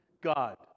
God